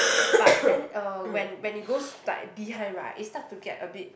but then uh when when you go s~ like behind right it start to get a bit